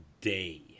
day